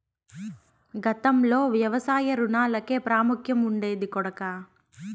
గతంలో వ్యవసాయ రుణాలకే ప్రాముఖ్యం ఉండేది కొడకా